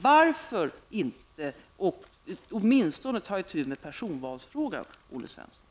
Varför vill man inte ta itu med åtminstone personvalsfrågan, Olle Svensson?